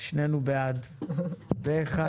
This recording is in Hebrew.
הצבעה בעד, פה אחד